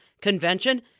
convention